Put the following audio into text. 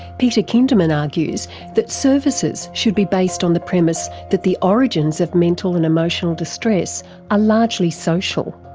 peter kinderman argues that services should be based on the premise that the origins of mental and emotional distress are largely social.